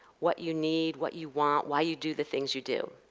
what you need, what you want, why you do the things you do.